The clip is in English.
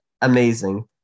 amazing